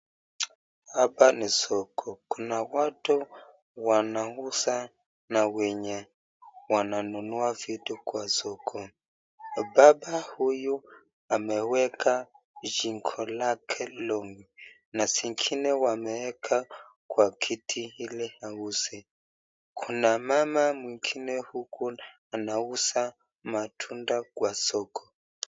Hapa ni soko , kuna watu wanauza na wenye wananua vitu kwa soko, baba huyu ameweka shingo lake long'i na zingine wameweka kwa kiti ili auze , kuna mama mwingine huku anauza matunda kwa soko.